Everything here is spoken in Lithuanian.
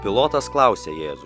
pilotas klausė jėzų